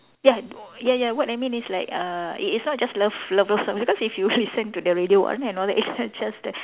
ya ya ya what I mean is like uh it is not just love lover song because if you listen to the radio warna and all that it's not just the